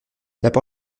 parole